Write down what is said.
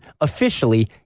officially